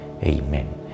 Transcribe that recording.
Amen